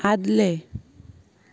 आदले